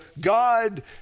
God